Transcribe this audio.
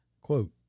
Quote